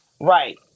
right